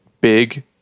big